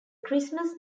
christmas